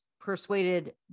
persuaded